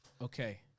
okay